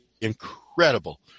incredible